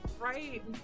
right